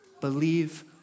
believe